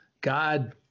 God